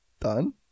Done